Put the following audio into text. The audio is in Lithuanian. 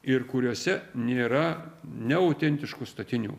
ir kuriuose nėra neautentiškų statinių